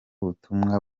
butumwa